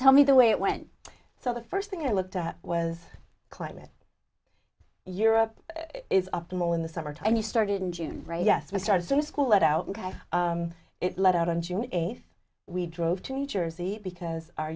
tell me the way it went so the first thing i looked at was climate europe is optimal in the summertime you started in june right yes my started a school let out and had it let out on june eighth we drove to new jersey because our